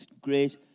grace